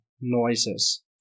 noises